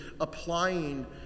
applying